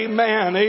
Amen